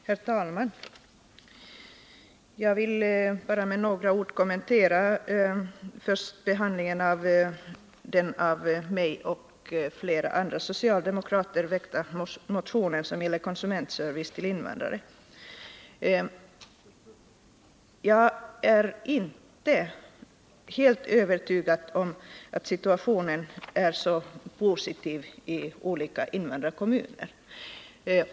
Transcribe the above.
Herr talman! Jag vill först med bara några ord kommentera behandlingen av den av mig och flera andra socialdemokrater väckta motion som gäller konsumentservice till invandrare. Jag är inte helt övertygad om att situationen är så positiv i olika invandrarkommuner.